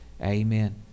Amen